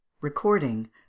Recording